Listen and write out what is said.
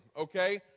Okay